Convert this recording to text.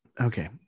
okay